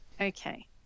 Okay